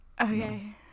Okay